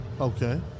okay